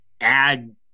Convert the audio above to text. add